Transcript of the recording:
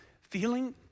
Feeling